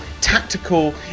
tactical